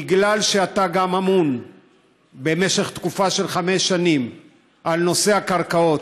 בגלל שאתה גם אמון במשך תקופה של חמש שנים על נושא הקרקעות,